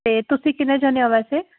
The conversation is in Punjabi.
ਅਤੇ ਤੁਸੀਂ ਕਿੰਨੇ ਜਣੇ ਹੋ ਵੈਸੇ